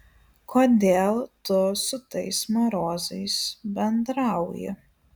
kodėl tu su tais marozais bendrauji